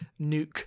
nuke